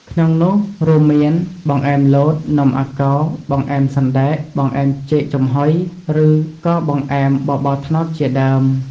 ក្នុងនោះរួមមាន បង្អែមលត នំអាកោ បង្អែមសណ្តែក បង្អែមចេកចំហុយ ឬក៏បង្អែមបបរត្នោតជាដើម ។